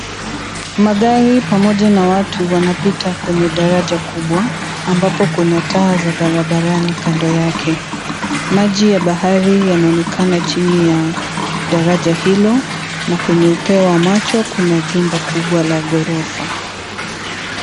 Magari pamoja na watu ,wanapita kwenye daraja kubwa. Ambapo Kuna taa za barabarani kando yake. Maji ya bahari yanaonekana chini ya daraja hilo na kwenye upeo wa macho Kuna jumba kubwa la ghorofa.